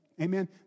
Amen